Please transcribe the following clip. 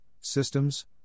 systems